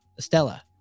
Estella